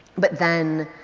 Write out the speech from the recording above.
but then,